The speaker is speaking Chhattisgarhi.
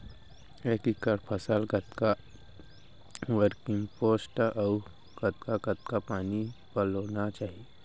एक एकड़ फसल कतका वर्मीकम्पोस्ट अऊ कतका कतका पानी पलोना चाही?